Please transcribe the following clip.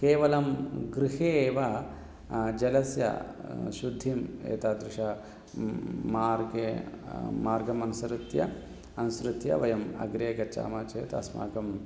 केवलं गृहे एव जलस्य शुद्धिम् एतादृश मार्गे मार्गमनुसृत्य अनुसृत्य वयम् अग्रे गच्छामः चेत् अस्माकम्